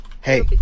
Hey